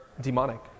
demonic